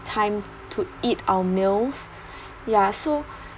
time to eat our meals ya so